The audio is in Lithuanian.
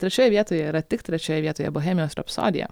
trečioje vietoje yra tik trečioje vietoje bohemijos rapsodija